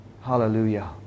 Hallelujah